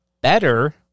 better